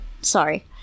Sorry